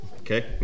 Okay